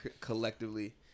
collectively